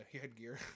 headgear